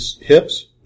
hips